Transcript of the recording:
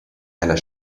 einer